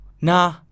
Na